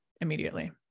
immediately